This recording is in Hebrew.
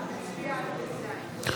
נצביע על פ"ז.